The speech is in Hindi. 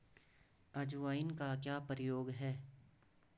अजवाइन का क्या प्रयोग है?